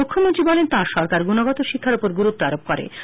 মুখ্যমন্ত্রী বলেন তার সরকার গুণগত শিক্ষার উপর গুরুত্ব দেয়